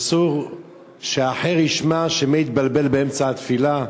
אסור שאחר ישמע שמא יתבלבל באמצע התפילה?